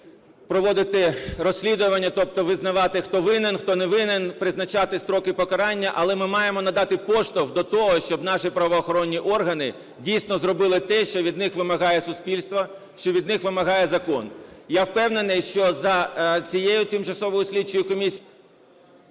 проводити розслідування, тобто визнавати, хто винен, хто не винен, призначати строки покарання. Але ми маємо надати поштовх до того, щоб наші правоохоронні органи, дійсно, зробили те, що від них вимагає суспільство, що від них вимагає закон. Я впевнений, що за цією тимчасовою слідчою комісією…